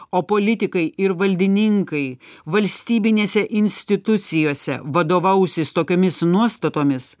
o politikai ir valdininkai valstybinėse institucijose vadovausis tokiomis nuostatomis